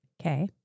Okay